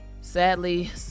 sadly